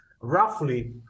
roughly